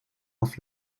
auf